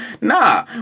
nah